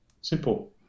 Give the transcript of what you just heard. Simple